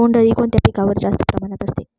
बोंडअळी कोणत्या पिकावर जास्त प्रमाणात असते?